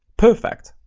perfect.